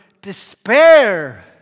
despair